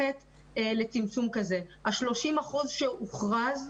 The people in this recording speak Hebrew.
ה-30% שהוכרז,